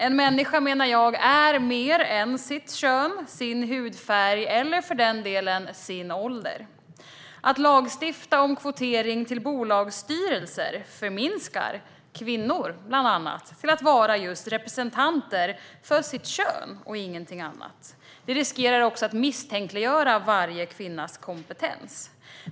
En människa, menar jag, är mer än sitt kön, sin hudfärg eller för den delen sin ålder. Att lagstifta om kvotering till bolagsstyrelser förminskar bland annat kvinnor till att vara just representanter för sitt kön och ingenting annat. Det riskerar också att misstänkliggöra varje kvinnas kompetens.